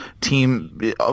team